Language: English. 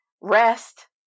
rest